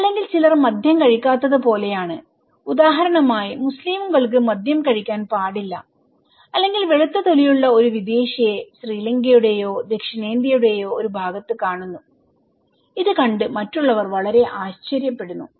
അല്ലെങ്കിൽ ചിലർ മദ്യം കഴിക്കാത്തത് പോലെയാണ് ഉദാഹരണമായി മുസ്ലിമുകൾക്ക് മദ്യം കഴിക്കാൻ പാടില്ലഅല്ലെങ്കിൽ വെളുത്ത തൊലിയുള്ള ഒരു വിദേശിയെ ശ്രീലങ്കയുടെയോ ദക്ഷിണേന്ത്യയുടെയോ ഒരു ഭാഗത്ത് കാണുന്നു ഇത് കണ്ട് മറ്റുള്ളവർ വളരെ ആശ്ചര്യപ്പെടുന്നു